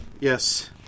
Yes